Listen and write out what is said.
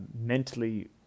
Mentally